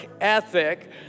ethic